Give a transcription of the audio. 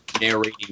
narrating